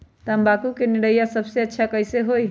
तम्बाकू के निरैया सबसे अच्छा कई से होई?